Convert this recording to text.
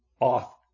off